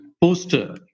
poster